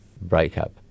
breakup